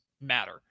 matter